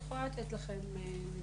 היא יכולה לתת לכם לדבר.